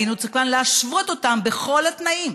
היינו צריכים להשוות אותם בכל התנאים.